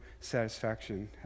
satisfaction